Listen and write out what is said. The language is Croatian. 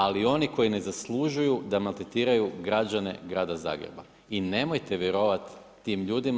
Ali oni koji ne zaslužuju da maltretiraju građane grada Zagreba i nemojte vjerovat tim ljudima.